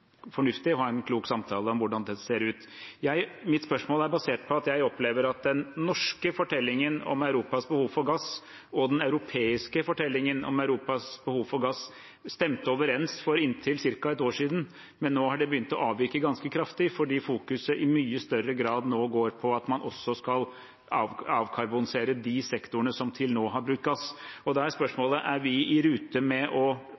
fornuftig å ha en klok samtale om hvordan dette ser ut. Mitt spørsmål er basert på at jeg opplever at den norske fortellingen om Europas behov for gass og den europeiske fortellingen om Europas behov for gass stemte overens for inntil cirka ett år siden, men nå har de begynt å avvike ganske kraftig, fordi fokuset nå i mye større grad går på at man skal avkarbonisere også de sektorene som til nå har brukt gass. Da er spørsmålet: Er vi i rute med å